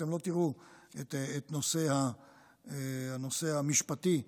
אתם לא תראו את הנושא המשפטי מככב,